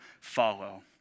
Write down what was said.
follow